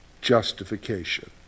justification